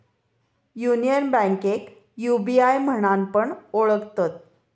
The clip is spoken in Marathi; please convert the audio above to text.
युनियन बैंकेक यू.बी.आय म्हणान पण ओळखतत